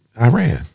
Iran